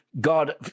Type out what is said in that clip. God